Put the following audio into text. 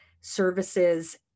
services